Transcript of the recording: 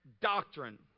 doctrine